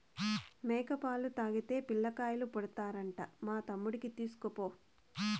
మేక పాలు తాగితే పిల్లకాయలు పుడతారంట మా తమ్ముడికి తీస్కపో